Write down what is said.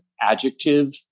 adjective